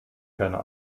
keinen